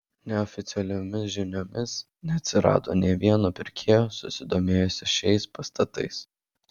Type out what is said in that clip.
neoficialiomis žiniomis neatsirado nė vieno pirkėjo susidomėjusio šiais pastatais